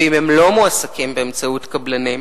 ואם הם לא מועסקים באמצעות קבלנים,